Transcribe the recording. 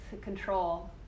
control